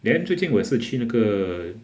then 最近我也是去那个